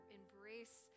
embrace